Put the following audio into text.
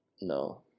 No